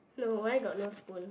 hello why got no spoon